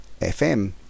FM